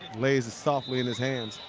lays it softly in his hands.